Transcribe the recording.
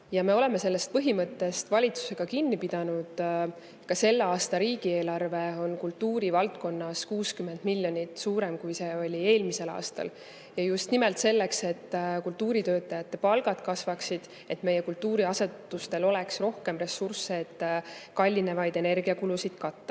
Ja me oleme sellest põhimõttest valitsusega kinni pidanud. Ka selle aasta riigieelarve on kultuurivaldkonnas 60 miljonit suurem kui eelmisel aastal, ja just nimelt selleks, et kultuuritöötajate palgad kasvaksid, et meie kultuuriasutustel oleks rohkem ressursse kallineva energia kulusid katta. Nüüd,